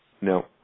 No